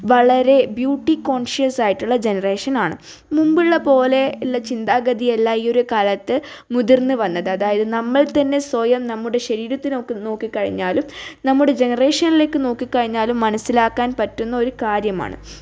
വളരെ ബ്യൂട്ടി കോൺഷ്യസായിട്ടുള്ള ജനറേഷനാണ് മുമ്പുള്ള പോലെയുള്ള ചിന്താഗതിയല്ല ഈ ഒരു കാലത്ത് മുതിർന്ന് വന്നത് അതായത് നമ്മൾ തന്നെ സ്വയം നമ്മുടെ ശരീരത്തിനോക്ക് നോക്കിക്കഴിഞ്ഞാലും നമ്മുടെ ജനറേഷനിലേക്ക് നോക്കിക്കഴിഞ്ഞാലും മനസ്സിലാക്കാൻ പറ്റുന്ന ഒരു കാര്യമാണ്